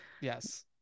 yes